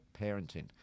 parenting